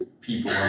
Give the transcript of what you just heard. people